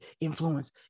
influence